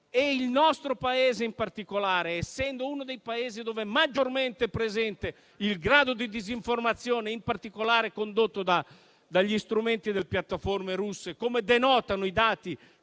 di strumenti. L'Italia, essendo uno dei Paesi dove è maggiormente presente un grado di disinformazione, in particolare condotto dagli strumenti e dalle piattaforme russe, come denotano i dati